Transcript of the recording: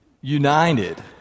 united